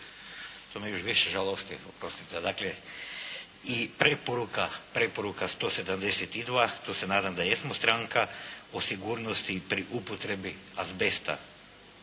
to me još više žalosti. Oprostite. Dakle i preporuka 172., to se nadam da jesmo stranka, o sigurnosti i upotrebi azbesta.